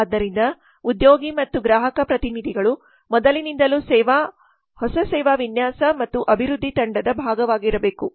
ಆದ್ದರಿಂದ ಉದ್ಯೋಗಿ ಮತ್ತು ಗ್ರಾಹಕ ಪ್ರತಿನಿಧಿಗಳು ಮೊದಲಿನಿಂದಲೂ ಹೊಸ ಸೇವಾ ವಿನ್ಯಾಸ ಮತ್ತು ಅಭಿವೃದ್ಧಿ ತಂಡದ ಭಾಗವಾಗಿರಬೇಕು